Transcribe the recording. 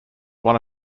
one